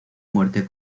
muerte